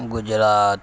Gujarat